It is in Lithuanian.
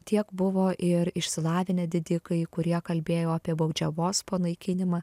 tiek buvo ir išsilavinę didikai kurie kalbėjo apie baudžiavos panaikinimą